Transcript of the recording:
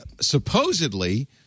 supposedly